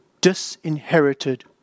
disinherited